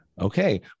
Okay